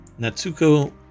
Natsuko